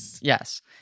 Yes